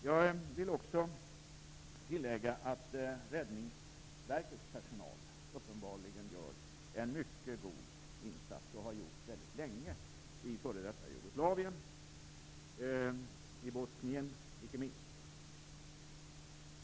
Jag vill också tillägga att Räddningsverkets personal uppenbarligen väldigt länge har gjort och fortfarande gör en mycket god insats i f.d. Jugoslavien -- i Bosnien icke minst.